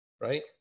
right